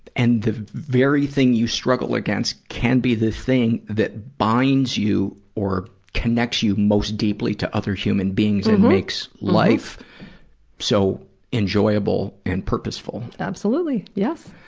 and the very thing you struggle against can be the thing that binds you or connects you most deeply to other human beings and makes life so enjoyable and purposeful. absolutely, yes.